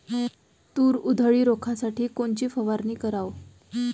तूर उधळी रोखासाठी कोनची फवारनी कराव?